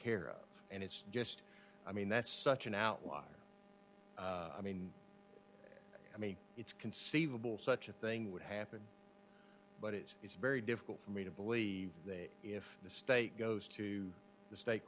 care of and it's just i mean that's such an outlier i mean i mean it's conceivable such a thing would happen but it is very difficult for me to believe that if the state goes to the state